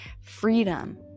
freedom